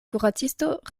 kuracisto